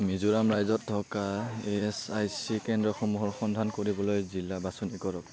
মিজোৰাম ৰাজ্যত থকা E S I C কেন্দ্ৰসমূহৰ সন্ধান কৰিবলৈ জিলা বাছনি কৰক